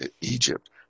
Egypt